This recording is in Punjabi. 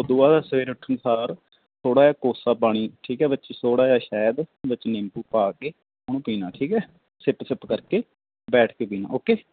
ਉੱਦੋਂ ਬਾਅਦ ਸਵੇਰੇ ਉੱਠਣ ਸਾਰ ਥੋੜ੍ਹਾ ਜਿਹਾ ਕੋਸਾ ਪਾਣੀ ਠੀਕ ਹੈ ਵਿੱਚ ਥੋੜ੍ਹਾ ਜਿਹਾ ਸ਼ਹਿਦ ਵਿੱਚ ਨਿੰਬੂ ਪਾ ਕੇ ਉਹਨੂੰ ਪੀਣਾ ਠੀਕ ਹੈ ਸਿਪ ਸਿਪ ਕਰਕੇ ਬੈਠ ਕੇ ਪੀਣਾ ਓਕੇ